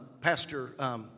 Pastor